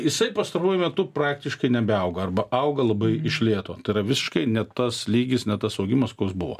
jisai pastaruoju metu praktiškai nebeauga arba auga labai iš lėto tai yra visiškai ne tas lygis ne tas augimas koks buvo